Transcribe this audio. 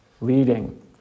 leading